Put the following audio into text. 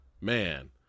Man